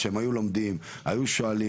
שהם היו לומדים, היו שואלים?